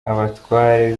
abatware